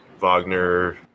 Wagner